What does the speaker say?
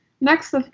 Next